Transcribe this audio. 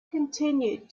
continued